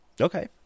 okay